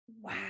wow